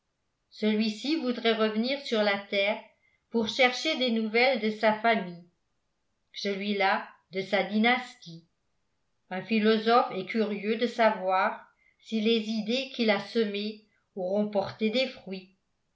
celui-ci voudrait revenir sur la terre pour chercher des nouvelles de sa famille celui-là de sa dynastie un philosophe est curieux de savoir si les idées qu'il a semées auront porté des fruits